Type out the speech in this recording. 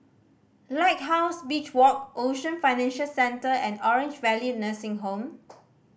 Lighthouse Beach Walk Ocean Financial Centre and Orange Valley Nursing Home